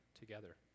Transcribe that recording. together